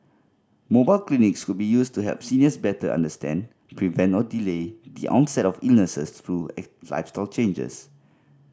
mobile clinics could be used to help seniors better understand prevent or delay the onset of illnesses through lifestyle changes